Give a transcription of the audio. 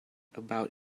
about